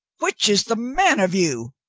which is the man of you?